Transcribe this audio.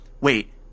wait